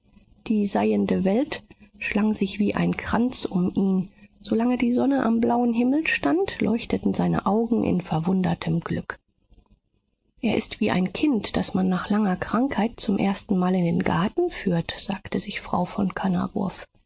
die seiende welt schlang sich wie ein kranz um ihn solang die sonne am blauen himmel stand leuchteten seine augen in verwundertem glück er ist wie ein kind das man nach langer krankheit zum erstenmal in den garten führt sagte sich frau von